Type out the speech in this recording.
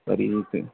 तरी उपाय